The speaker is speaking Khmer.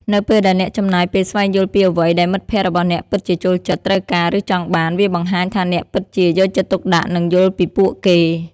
នៅពេលដែលអ្នកចំណាយពេលស្វែងយល់ពីអ្វីដែលមិត្តភក្តិរបស់អ្នកពិតជាចូលចិត្ត ត្រូវការ ឬចង់បាន វាបង្ហាញថាអ្នកពិតជា យកចិត្តទុកដាក់ និង យល់ពីពួកគេ។